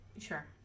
Sure